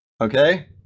Okay